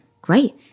Great